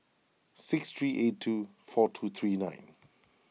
six three eight two four two three nine